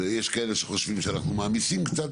יש כאלה שחושבים שאנחנו מעמיסים קצת.